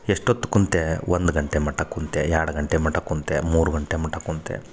ಎಷ್ಟೊತ್ತು ಕುಂತೆ ಒಂದು ಗಂಟೆ ಮಟ್ಟ ಕುಂತೆ ಎರಡು ಗಂಟೆ ಮಟ್ಟ ಕುಂತೆ ಮೂರು ಗಂಟೆ ಮಟ್ಟ ಕುಂತೆ